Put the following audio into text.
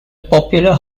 popular